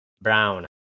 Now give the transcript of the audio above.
Brown